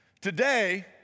Today